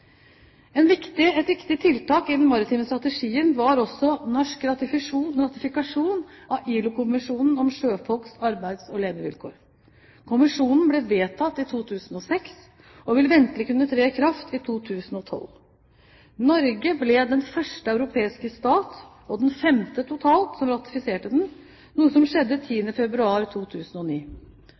Et viktig tiltak i den maritime strategien var også norsk ratifikasjon av ILO-konvensjonen om sjøfolks arbeids- og levevilkår. Konvensjonen ble vedtatt i 2006 og vil ventelig kunne tre i kraft i 2012. Norge ble den første europeiske stat, og den femte totalt, som ratifiserte den, noe som skjedde 10. februar 2009.